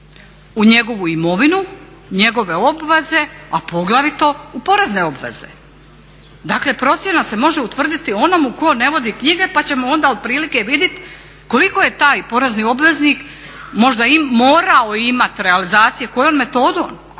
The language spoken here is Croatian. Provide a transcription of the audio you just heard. u njegovu imovinu, njegove obveze, a poglavito u porezne obveze. Dakle, procjena se može utvrditi onomu tko ne vodi knjige pa ćemo onda otprilike vidit koliko je taj porezni obveznik možda morao imati realizacije. Kojom metodom? Ovdje